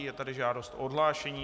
Je tady žádost o odhlášení.